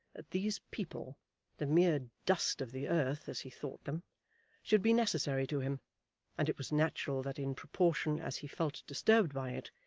that these people the mere dust of the earth, as he thought them should be necessary to him and it was natural that in proportion as he felt disturbed by it,